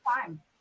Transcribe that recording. time